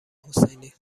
حسینی